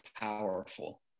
powerful